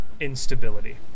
instability